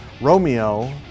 Romeo